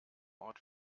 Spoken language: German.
ort